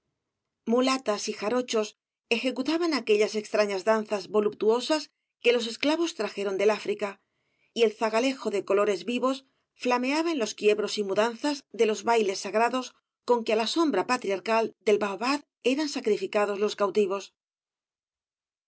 mulatas y jarochos ejecutaban aquellas extrañas danzas voluptuosas que los esclavos trajeron del áfrica y el zagalejo de colores vivos flameaba en los quiebros y mudanzas de los bailes sagrados con que á la sombra patriarcal del baobad eran sacrificados los cautivos